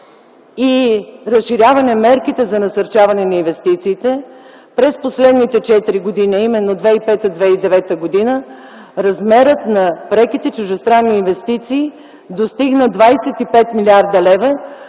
и разширяване мерките за насърчаване на инвестициите, през последните четири години, а именно 2005-2009 г., размерът на преките чуждестранни инвестиции достигна 25 млрд. лв.,